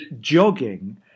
jogging